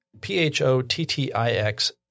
P-H-O-T-T-I-X